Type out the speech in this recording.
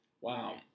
Wow